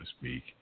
speak